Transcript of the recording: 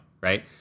right